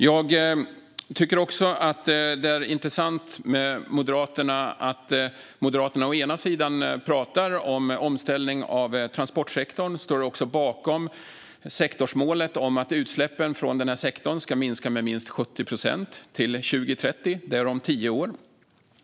Jag tycker också att det är intressant att Moderaterna å ena sidan pratar om omställning av transportsektorn och står bakom målet att utsläppen från denna sektor ska minska med minst 70 procent till 2030. Det är om tio år.